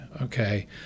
okay